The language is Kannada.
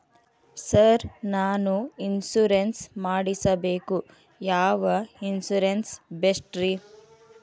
ಸರ್ ನಾನು ಇನ್ಶೂರೆನ್ಸ್ ಮಾಡಿಸಬೇಕು ಯಾವ ಇನ್ಶೂರೆನ್ಸ್ ಬೆಸ್ಟ್ರಿ?